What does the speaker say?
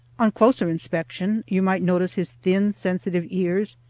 on closer inspection you might notice his thin sensitive ears,